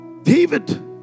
David